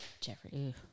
Jeffrey